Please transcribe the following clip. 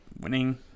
winning